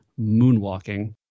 moonwalking